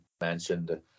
mentioned